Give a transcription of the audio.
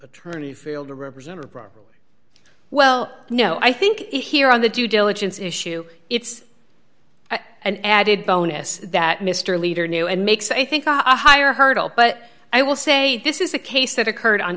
attorney feel to represent a broad well no i think it here on the due diligence issue it's an added bonus that mr leader knew and makes i think a higher hurdle but i will say this is a case that occurred on